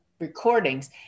recordings